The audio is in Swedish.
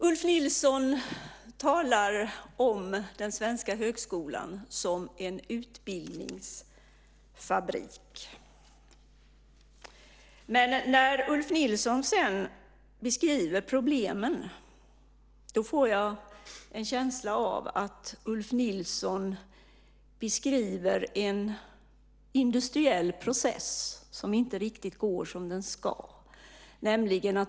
Ulf Nilsson talar om den svenska högskolan som en utbildningsfabrik. När Ulf Nilsson sedan beskriver problemen får jag en känsla av att Ulf Nilsson beskriver en industriell process som inte riktigt går som den ska.